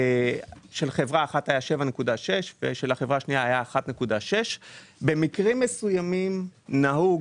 של חברה אחת היה 7.6% ושל החברה השנייה היה 1.6%. במקרים מסוימים נהוג,